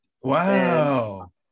Wow